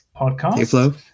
podcast